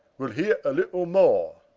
wee'l heare a little more